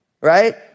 right